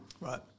Right